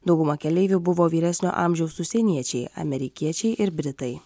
dauguma keleivių buvo vyresnio amžiaus užsieniečiai amerikiečiai ir britai